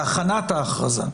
בהכנת ההכרזה,